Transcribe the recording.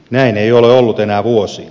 näin ei ole ollut enää vuosiin